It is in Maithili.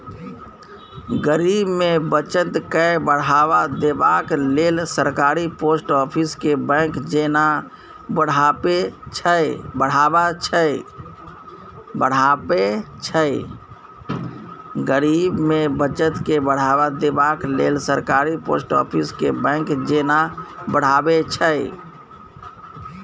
गरीब मे बचत केँ बढ़ावा देबाक लेल सरकार पोस्ट आफिस केँ बैंक जेना बढ़ाबै छै